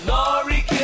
Laurie